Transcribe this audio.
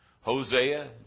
Hosea